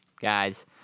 Guys